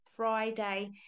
Friday